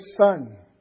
son